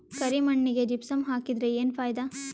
ಕರಿ ಮಣ್ಣಿಗೆ ಜಿಪ್ಸಮ್ ಹಾಕಿದರೆ ಏನ್ ಫಾಯಿದಾ?